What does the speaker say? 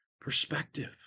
perspective